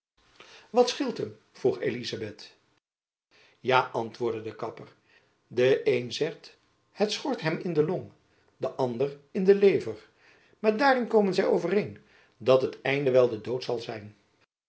wat scheelt hem vroeg elizabeth ja antwoordde de kapper de een zegt het schort hem in de long en de ander in de lever maar daarin komen zy overeen dat het einde wel de dood zal zijn